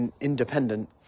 independent